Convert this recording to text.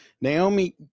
Naomi